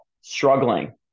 struggling